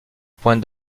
point